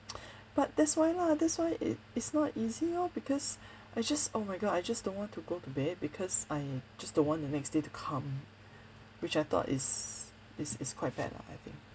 but that's why lah that's why it is not easy lor because I just oh my god I just don't want to go to bed because I just don't want the next day to come which I thought is is is quite bad lah I think